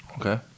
Okay